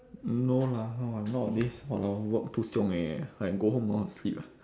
no lah no ah nowadays !walao! work too 凶 already eh like go home I want to sleep ah